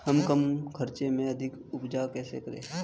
हम कम खर्च में अधिक उपज कैसे करें?